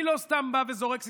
אני לא סתם בא וזורק סיסמאות.